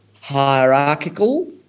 hierarchical